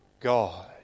God